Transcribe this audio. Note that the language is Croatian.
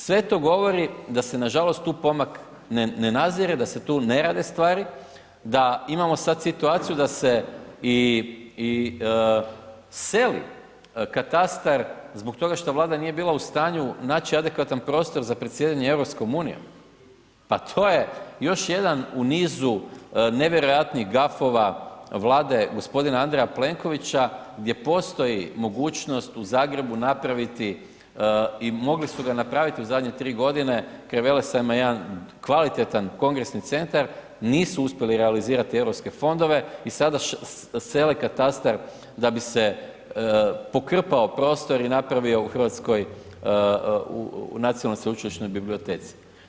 Sve to govori da se nažalost tu pomak ne nadzire, da se tu ne rade stvari, da imamo sad situaciju da se i seli katastar zbog toga što Vlada nije bila u stanju naći adekvatan prostor za presjedanje EU, pa to je još jedan u nizu nevjerojatnih gafova Vlade g. Andreja Plenkovića gdje postoji mogućnost u Zagrebu napraviti i mogli su ga napraviti u zadnje 3 godine, kraj Velesajma jedan kvalitetan kongresni centar, nisu uspjeli realizirati EU fondove i sada sele katastar da bi se pokrpao prostor i napravio u Hrvatskoj u Nacionalnoj sveučilišnoj biblioteci.